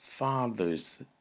Father's